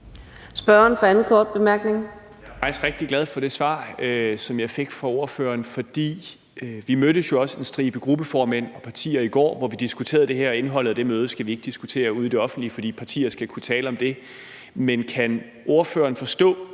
faktisk rigtig glad for det svar, som jeg fik fra ordføreren. For vi mødtes jo også en stribe gruppeformænd og partier i går, hvor vi diskuterede det her, og indholdet af det møde skal vi ikke diskutere ude i det offentlige rum, for partier skal kunne tale om det, men kan ordføreren forstå,